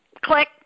Click